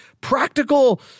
practical